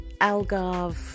Algarve